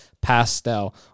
pastel